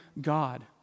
God